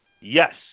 yes